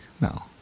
no